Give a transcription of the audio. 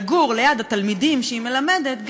לגור ליד התלמידים שהיא מלמדת,